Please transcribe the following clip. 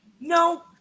No